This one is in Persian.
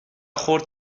خرد